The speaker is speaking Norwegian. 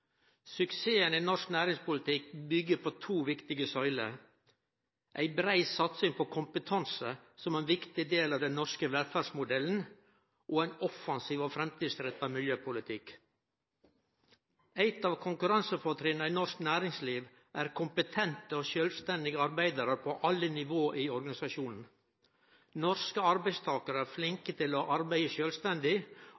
Suksessen i norsk næringspolitikk byggjer på to viktige søyler: ei brei satsing på kompetanse som ein viktig del av den norske velferdsmodellen, og ein offensiv og framtidsretta miljøpolitikk. Eit av konkurransefortrinna i norsk næringsliv er kompetente og sjølvstendige arbeidarar på alle nivå i organisasjonen. Norske arbeidstakarar